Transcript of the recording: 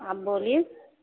آپ بولیے